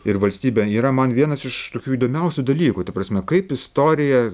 ir valstybę yra man vienas iš tokių įdomiausių dalykų ta prasme kaip istorija